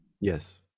Yes